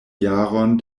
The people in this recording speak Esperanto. jaron